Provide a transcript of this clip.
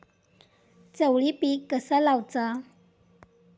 चवळी पीक कसा लावचा?